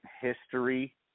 history